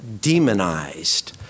demonized